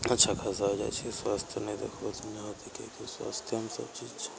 अच्छा खासा आ जाइ छै स्वास्थ्य नहि देखबहो तऽ नहि होतय किआकि स्वास्थयेमे सब चीज छै